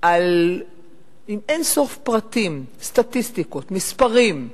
באין-סוף פרטים, סטטיסטיקות, מספרים,